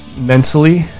mentally